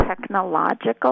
technological